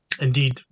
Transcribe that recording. Indeed